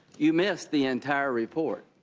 you missed the entire report.